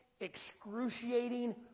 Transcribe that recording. excruciating